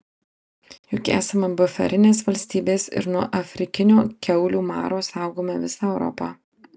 juk esame buferinės valstybės ir nuo afrikinio kiaulių maro saugome visą europą